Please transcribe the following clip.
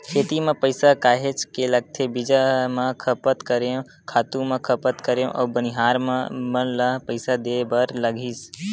खेती म पइसा काहेच के लगथे बीज म खपत करेंव, खातू म खपत करेंव अउ बनिहार मन ल पइसा देय बर लगिस